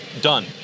Done